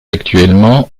actuellement